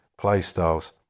playstyles